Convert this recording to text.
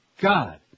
God